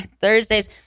Thursdays